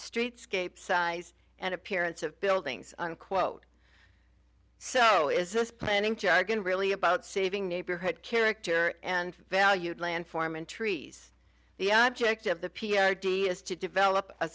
streetscape size and appearance of buildings unquote so is this planning jug and really about saving neighborhood character and valued land form and trees the object of the p r d is to develop a